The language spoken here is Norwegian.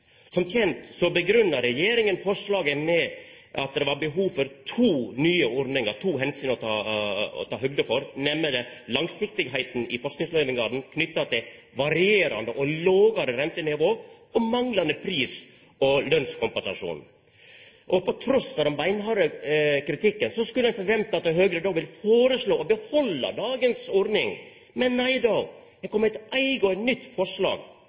Som kjent grunngev regjeringa forslaget med at det var behov for to nye ordningar, to omsyn å ta høgd for, nemleg langsiktigheita i forskingsløyvingane knytt til varierande og lågare rentenivå og manglande pris- og lønskompensasjon. Trass i den beinharde kritikken skulle ein forventa at Høgre ville foreslå å behalda dagens ordning, men nei då, det er kome eit eige og nytt forslag.